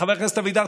חבר הכנסת אבידר,